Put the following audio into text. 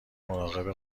مراقب